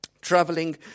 traveling